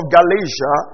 Galatia